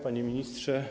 Panie Ministrze!